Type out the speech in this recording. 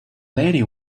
lady